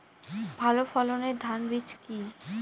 ভালো ফলনের ধান বীজ কি?